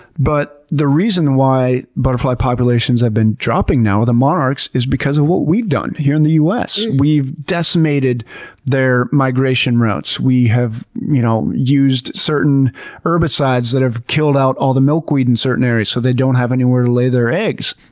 but the reason why butterfly populations have been dropping now, the monarchs, is because of what we've done here in the us. we've decimated their migration routes. we have you know used certain herbicides that have killed out all the milkweed in certain areas so they don't have anywhere to lay their eggs.